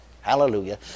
hallelujah